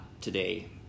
today